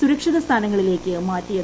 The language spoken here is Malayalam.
സുരക്ഷിത സ്ഥാനങ്ങളിലേക്ക് മാറ്റിയത്